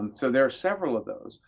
and so there are several of those,